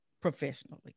professionally